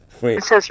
Wait